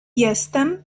jestem